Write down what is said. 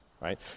right